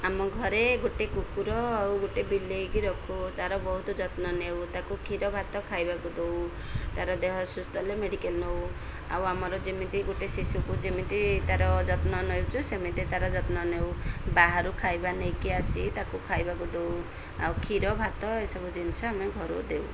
ଆମ ଘରେ ଗୋଟେ କୁକୁର ଆଉ ଗୋଟେ ବିଲେଇକି ରଖୁ ତା'ର ବହୁତ ଯତ୍ନ ନେଉ ତାକୁ କ୍ଷୀର ଭାତ ଖାଇବାକୁ ଦେଉ ତା'ର ଦେହ ସୁସ୍ଥଲେ ମେଡ଼ିକାଲ୍ ନେଉ ଆଉ ଆମର ଯେମିତି ଗୋଟେ ଶିଶୁକୁ ଯେମିତି ତା'ର ଯତ୍ନ ନେଉଛୁ ସେମିତି ତା'ର ଯତ୍ନ ନେଉ ବାହାରୁ ଖାଇବା ନେଇକି ଆସି ତାକୁ ଖାଇବାକୁ ଦେଉ ଆଉ କ୍ଷୀର ଭାତ ଏସବୁ ଜିନିଷ ଆମେ ଘରୁ ଦେଉ